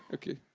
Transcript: okay.